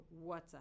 water